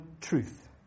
truth